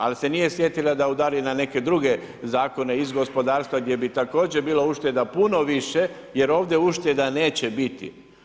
Ali se nije sjetila da udari na neke druge zakone iz gospodarstva gdje bi također bilo ušeta bilo puno više jer ovdje ušteda neće biti.